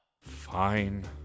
Fine